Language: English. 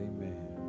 Amen